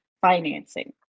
financing